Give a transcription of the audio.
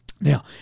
now